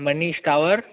Manish Kanwar